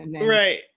Right